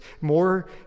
More